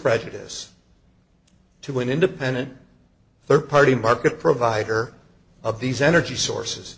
prejudice to an independent rd party market provider of these energy sources